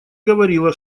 говорила